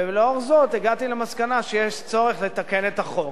ולאור זאת הגעתי למסקנה שיש צורך לתקן את החוק.